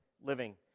living